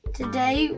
today